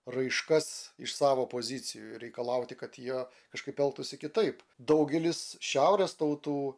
raiškas iš savo pozicijų reikalauti kad jie kažkaip elgtųsi kitaip daugelis šiaurės tautų